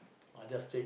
I just take